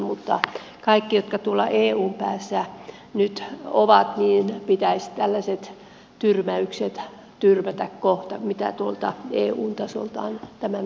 kaikkien jotka tuolla eun päässä nyt ovat pitäisi tällaiset tyrmäykset tyrmätä kohta mitä tuolta eun tasolta on tämän asian merkeissä kuultu